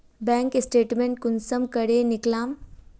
Bank statement कुंसम करे निकलाम?